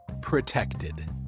Protected